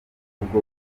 ubwo